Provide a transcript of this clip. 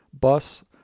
bus